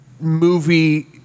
movie